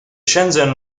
shenzhen